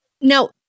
Now